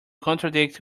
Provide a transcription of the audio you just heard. contradict